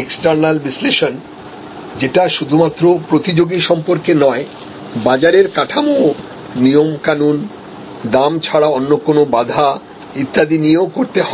external বিশ্লেষণযেটা শুধুমাত্র প্রতিযোগী সম্পর্কে নয় বাজারের কাঠামো নিয়মকানুন দাম ছাড়া অন্য কোন বাধা ইত্যাদি নিয়েও করতে হবে